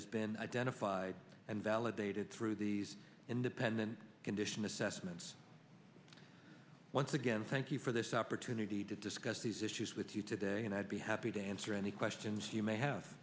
has been identified and validated through these independent condition assessments once again thank you for this opportunity to discuss these issues with you today and i'd be happy to answer any questions you may have